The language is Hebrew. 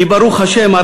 כי ברוך השם,